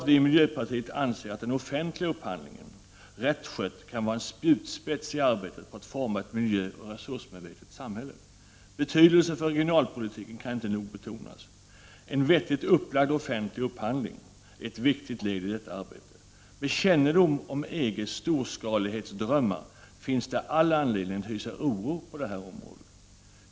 Vi i miljöpartiet anser att den offentliga upphandlingen rätt skött kan vara en spjutspets i arbetet på att forma ett miljöoch resursmedvetet samhälle. Betydelsen för regionalpolitiken kan inte nog betonas. En vettigt upplagd offentlig upphandling är ett viktigt led i detta arbete. Med kännedom om EG:s storskalighetsdrömmar finns det all anledning att hysa oro på detta område.